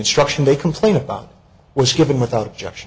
instruction they complain about was given without